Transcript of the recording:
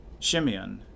Shimeon